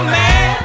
man